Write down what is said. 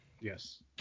yes